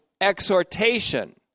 exhortation